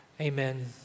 Amen